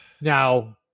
Now